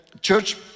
Church